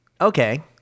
Okay